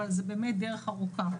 אבל זו באמת דרך ארוכה.